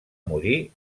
morir